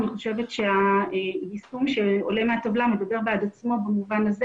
אני חושבת שהיישום שעולה מהטבלה מדבר בעד עצמו במובן הזה